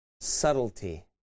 Subtlety